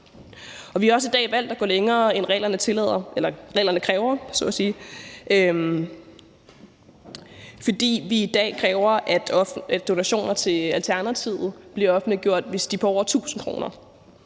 Vi har også i dag valgt at gå længere, end reglerne kræver, idet vi i dag kræver, at donationer til Alternativet bliver offentliggjort, hvis de er på over 1.000 kr.,